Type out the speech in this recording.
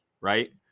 right